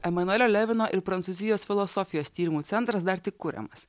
emanuelio levino ir prancūzijos filosofijos tyrimų centras dar tik kuriamas